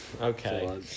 Okay